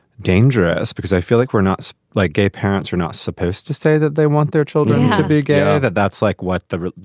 dangerous because i feel like we're not like gay parents are not supposed to say that they want their children to be gay. that that's like what the you